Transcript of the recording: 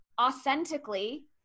authentically